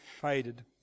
faded